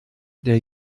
der